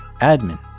admin